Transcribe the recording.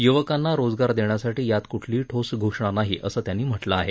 युवकांना रोजगार देण्यासाठी यात कुठलीही ठोस घोषणा नाही असं त्यांनी म्हटलं आहे